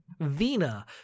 Vina